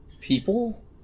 people